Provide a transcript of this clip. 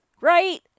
Right